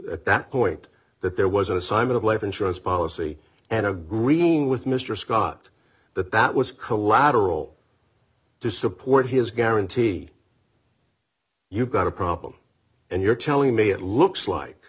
that point that there was a sign of life insurance policy and agreeing with mr scott that that was collateral to support his guarantee you've got a problem and you're telling me it looks like